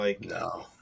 No